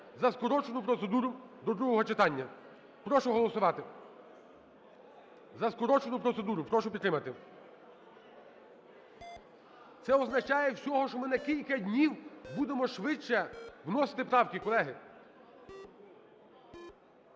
За скорочену процедуру до другого читання, прошу голосувати. За скорочену процедуру, прошу підтримати. Це означає всього, що ми на кілька днів будемо швидше вносити правки, колеги.